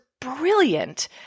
brilliant